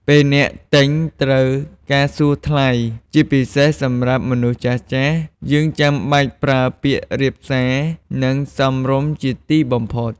ពេលអ្នកទិញត្រូវការសួរថ្លៃ ជាពិសេសសម្រាប់មនុស្សចាស់ៗ យើងចាំបាច់ប្រើពាក្យរាបសារ និងសមរម្យជាទីបំផុត។